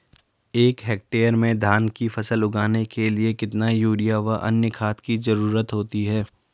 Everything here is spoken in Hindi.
एक हेक्टेयर में धान की फसल उगाने के लिए कितना यूरिया व अन्य खाद की जरूरत होती है?